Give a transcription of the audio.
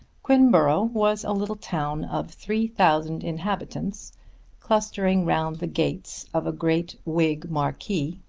quinborough was a little town of three thousand inhabitants clustering round the gates of a great whig marquis,